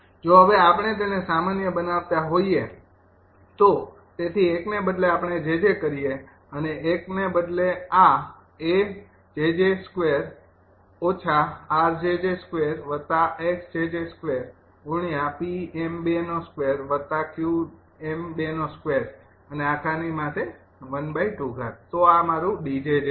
જો હવે આપણે તેને સામાન્ય બનાવતા હોઈએ તો તેથી ૧ ને બદલે આપણે 𝑗𝑗 કરીએ અને ૧ ને બદલે આ તો આ મારું 𝐷𝑗𝑗 છે